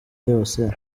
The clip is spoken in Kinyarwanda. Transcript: yose